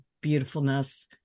beautifulness